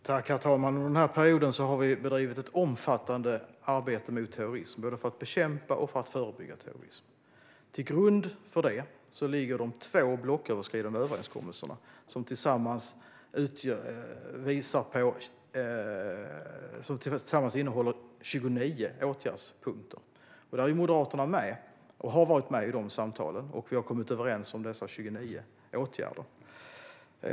Herr talman! Under den här perioden har vi bedrivit ett omfattande arbete mot terrorism, både för att bekämpa och förebygga den. Till grund för det ligger de två blocköverskridande överenskommelser som tillsammans innehåller 29 åtgärdspunkter. Moderaterna har varit och är med i samtalen, och vi har kommit överens om dessa 29 åtgärder.